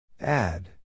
Add